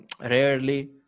rarely